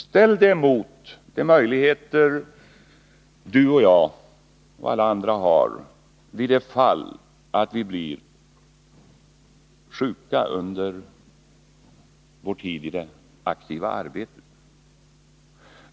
Ställ det mot de möjligheter du och jag och alla andra har vid de tillfällen vi blir sjuka under vår aktiva tid i arbetslivet.